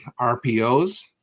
RPOs